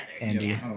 Andy